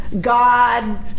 God